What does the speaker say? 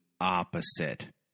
opposite